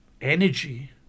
energy